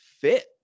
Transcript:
fit